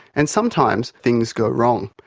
and sometimes things go wrong.